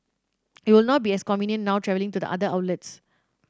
it will not be as convenient now travelling to the other outlets